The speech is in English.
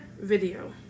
video